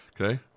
Okay